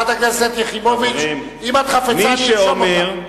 חברת הכנסת יחימוביץ, אם את חפצה, אני ארשום אותך.